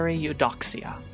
Eudoxia